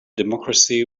democracy